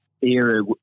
era